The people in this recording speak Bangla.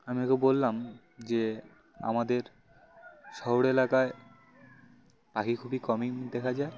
আমি ওকে বললাম যে আমাদের শহর এলাকায় পাখি খুবই কমই দেখা যায়